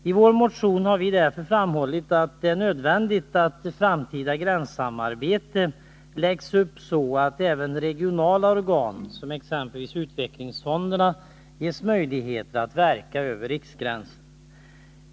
I vår motion har vi därför framhållit att det är nödvändigt att framtida gränssamarbete läggs upp så, att även regionala organ, exempelvis utvecklingsfonderna, ges möjligheter att verka över riksgränsen.